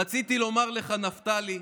רציתי לומר לך, נפתלי,